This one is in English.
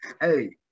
Hey